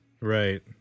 Right